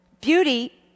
beauty